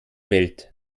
welt